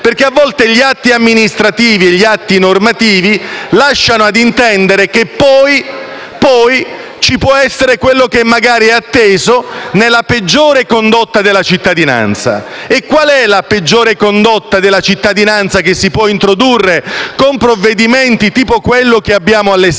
Perché a volte gli atti amministrativi e normativi lasciano ad intendere che poi ci potrà essere quel che magari è atteso nella peggiore condotta della cittadinanza. E qual è la peggiore condotta della cittadinanza che si può indurre con provvedimenti tipo quello all'esame?